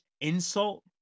insult